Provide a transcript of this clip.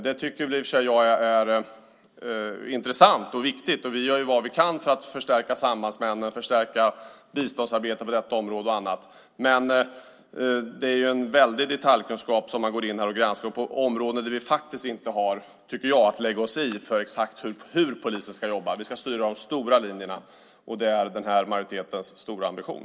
Jag tycker i och för sig att det är intressant och viktigt, och vi gör vad vi kan för att förstärka sambandsmännen, förstärka biståndsarbete på detta område och annat, men det är en väldig detaljkunskap man går in och granskar på områden där jag inte tycker att vi har att lägga oss i exakt hur polisen ska jobba. Vi ska styra de stora linjerna, och det är majoritetens stora ambition.